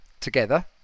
together